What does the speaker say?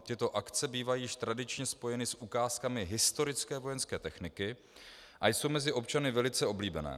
Tyto akce bývají již tradičně spojeny s ukázkami historické vojenské techniky a jsou mezi občany velice oblíbené.